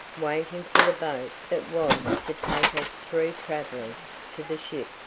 waiting for the boat that was to take us three travellers to the ship.